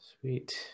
Sweet